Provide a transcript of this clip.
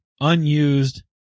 unused